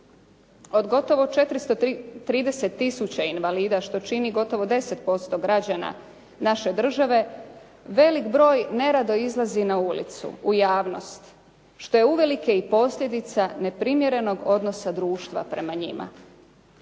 Od gotovo 430 tisuća invalida što čini gotovo 10% građana naše države, veliki broj nerado izlazi na ulicu u javnost, što je uvelike i posljedica neprimjerenog odnosa društva prema njima.